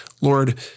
Lord